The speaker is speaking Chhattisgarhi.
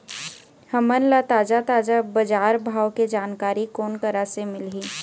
हमन ला ताजा ताजा बजार भाव के जानकारी कोन करा से मिलही?